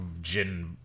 gin